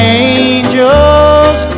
angels